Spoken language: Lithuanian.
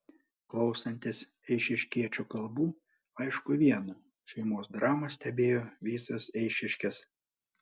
klausantis eišiškiečių kalbų aišku viena šeimos dramą stebėjo visos eišiškės